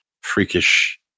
freakish